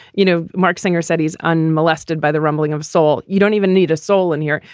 you know. mark singer said his unmolested by the rumbling of soul. you don't even need a soul in here.